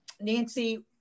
Nancy